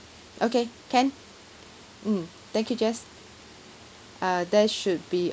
okay can mm thank you jess uh that should be